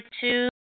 two